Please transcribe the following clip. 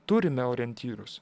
turime orientyrus